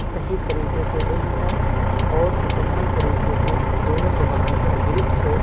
صحیح طریقے سے علم ہو اور مکمل طریقے سے دونوں زبانوں پر گرفت ہو